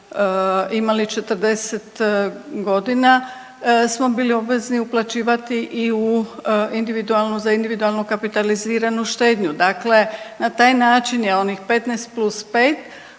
imali 40 godina smo bili obvezni uplaćivati i za individualnu kapitaliziranu štednju. Dakle, na taj način je onih 15 plus 5